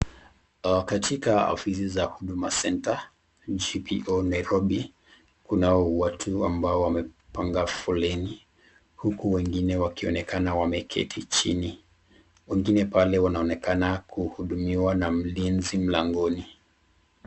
Katika ofisi ya huduma santa GPO Nairobi Kuna watu ambao wamepanga foleni huku wengine wanaonekana wameketi chini, wengine pale wanaoneka kuhudumiwa na mlinzi mlangoni.